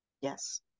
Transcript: yes